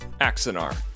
Axinar